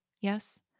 Yes